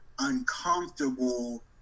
uncomfortable